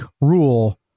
rule